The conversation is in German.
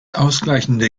ausgleichende